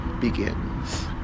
begins